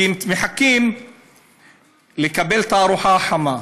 כי הם מחכים לקבל את הארוחה החמה.